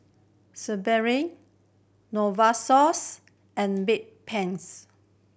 Sebamed Novosource and Bedpans